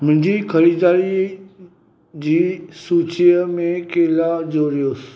मुंहिंजी ख़रीदारी जी सूचीअ में केला जोड़ियोसि